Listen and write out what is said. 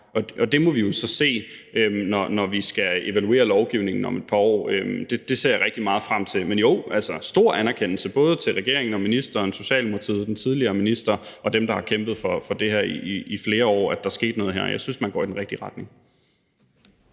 og det må vi jo så se, når vi skal evaluere lovgivningen om et par år. Det ser jeg rigtig meget frem til. Men jo, stor anerkendelse, både til regeringen og ministeren og Socialdemokratiet og den tidligere minister og dem, der har kæmpet for det her i flere år; at der skulle ske noget her. Jeg synes, man går i den rigtige retning.